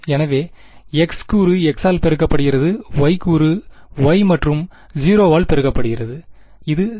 எனவே x கூறு x ஆல் பெருக்கப்படுகிறது y கூறு y மற்றும் 0 ஆல் பெருக்கப்படுகிறது இது 0